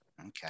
Okay